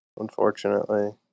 unfortunately